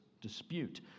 dispute